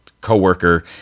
co-worker